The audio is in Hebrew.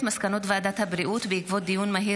מסקנות ועדת הבריאות בעקבות דיון מהיר